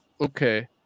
Okay